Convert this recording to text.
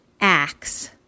axe